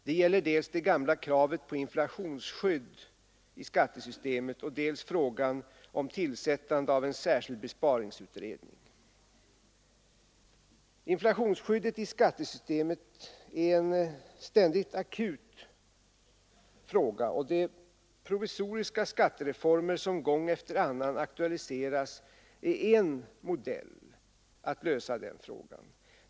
Det gäller dels det gamla kravet på inflationsskydd i skattesystemet, dels frågan om tillsättande av en särskild besparingsutredning. Inflationsskyddet i skattesystemet är en ständigt akut fråga, och de provisoriska skattereformer som gång efter annan aktualiseras är en modell att lösa den frågan.